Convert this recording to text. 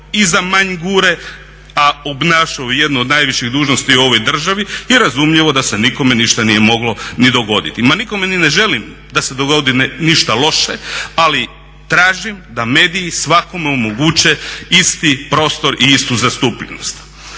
iza Manjgure, a obnaša jednu od najvećih dužnosti u ovoj državi i razumljivo da se nikome ništa nije moglo ni dogoditi. Ma nikome ni ne želim da se dogodi ništa loše ali tražim da mediji svakome omoguće isti prostor i istu zastupljenost.